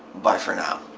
bye for now.